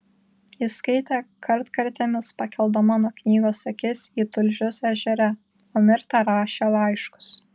ji skaitė kartkartėmis pakeldama nuo knygos akis į tulžius ežere o mirta rašė laiškus